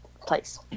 place